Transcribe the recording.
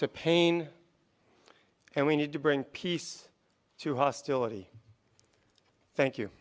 to pain and we need to bring peace to hostility thank you